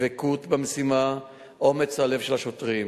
הדבקות במשימה, אומץ הלב של השוטרים